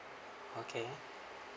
okay